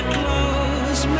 close